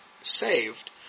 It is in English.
saved